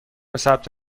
ثبت